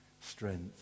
strength